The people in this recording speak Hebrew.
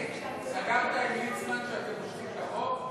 סגרת עם ליצמן שאתם מושכים את החוק?